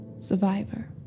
survivor